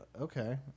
Okay